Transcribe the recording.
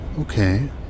okay